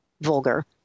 Vulgar